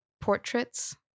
portraits